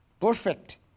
perfect